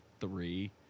three